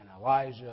Elijah